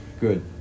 Good